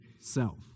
self